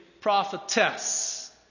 prophetess